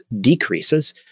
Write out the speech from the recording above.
decreases